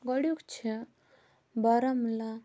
گۄڈنیُک چھُ بارہمولہ